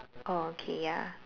oh okay ya